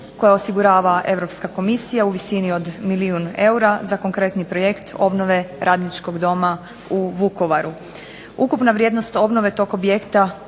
koja osigurava Europska komisija u visini od milijun eura za konkretni projekt obnove Radničkog doma u Vukovaru. Ukupna vrijednost obnove tog objekta